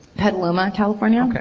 paloma, california.